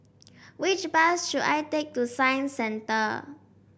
which bus should I take to Science Centre